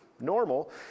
normal